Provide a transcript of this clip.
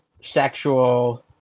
sexual